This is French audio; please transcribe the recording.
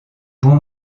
bon